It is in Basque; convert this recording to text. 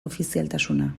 ofizialtasuna